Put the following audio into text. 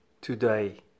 today